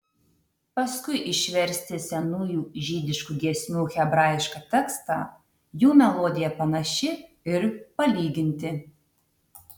paskui išversti senųjų žydiškų giesmių hebrajišką tekstą jų melodija panaši ir palyginti